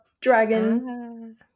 dragon